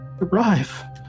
arrive